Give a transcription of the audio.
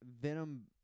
Venom